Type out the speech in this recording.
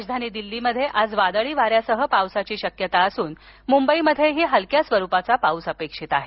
राजधानी दिल्लीमध्ये आज वादळी वाऱ्यासह पावसाची शक्यता असून मुंबईमध्येही हलक्या स्वरूपाचा पाऊस अपेक्षित आहे